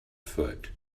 foot